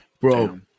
Bro